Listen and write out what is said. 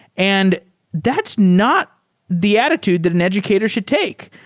and that's not the attitude that an educator should take.